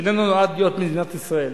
שאיננו נועד להיות מדינת ישראל,